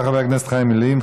תודה רבה, חבר הכנסת חיים ילין.